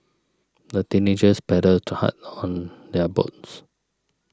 the teenagers paddled hard on their boats